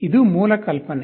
ಇದು ಮೂಲ ಕಲ್ಪನೆ